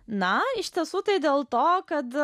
na iš tiesų tai dėl to kad